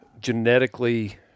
genetically